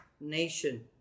nation